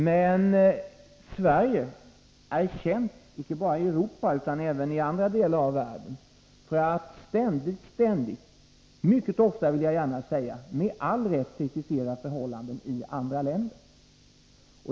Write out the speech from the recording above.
Men Sverige är känt, icke bara i Europa utan även i andra delar av världen, för att mycket ofta och med all rätt kritisera förhållanden i andra länder.